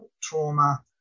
trauma